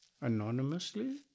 Anonymously